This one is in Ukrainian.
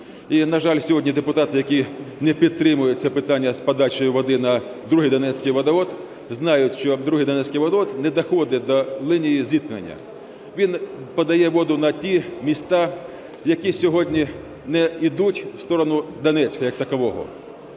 І, на жаль, сьогодні депутати, які не підтримують це питання з подачею води на Другий донецький водовід, знають, що в Другий донецький водовід не доходить до лінії зіткнення. Він подає воду на ті міста, які сьогодні не йдуть у сторону Донецька як такого.